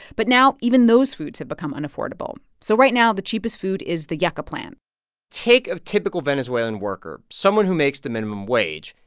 but now even those foods have become unaffordable. so right now the cheapest food is the yucca plant take a typical venezuelan worker, someone who makes the minimum wage.